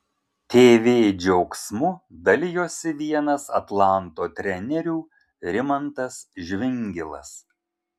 tv džiaugsmu dalijosi vienas atlanto trenerių rimantas žvingilas